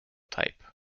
type